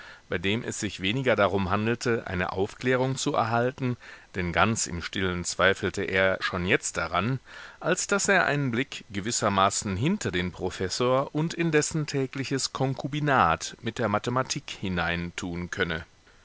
bei dem es sich weniger darum handelte eine aufklärung zu erhalten denn ganz im stillen zweifelte er schon jetzt daran als daß er einen blick gewissermaßen hinter den professor und in dessen tägliches konkubinat mit der mathematik hinein tun könne